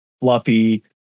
fluffy